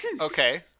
okay